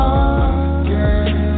again